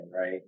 right